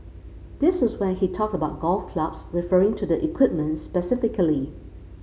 this was when he talked about golf clubs referring to the equipment specifically